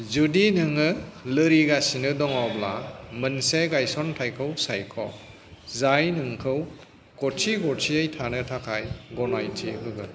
जुदि नोङो लोरि गासिनो दङब्ला मोनसे गायसनथायखौ सायख' जाय नोंखौ गथि गथियै थानो थाखाय गनायथि होगोन